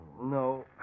No